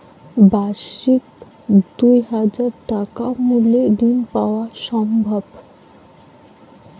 পাক্ষিক দুই হাজার টাকা মূল্যের ঋণ পাওয়া সম্ভব?